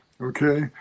Okay